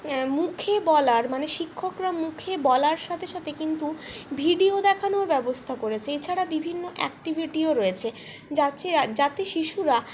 মুখে বলার মানে শিক্ষকরা মুখে বলার সাথে সাথে কিন্তু ভিডিও দেখানোর ব্যবস্থা করেছে এছাড়া বিভিন্ন অ্যাকটিভিটিও রয়েছে যাচে যাতে শিশুরা